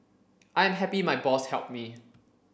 I am happy my boss helped me